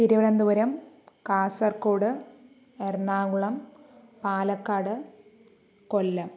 Thiruvananthapuram Kasaragod Ernakulam Palakkad Kollam